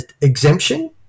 exemption